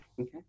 Okay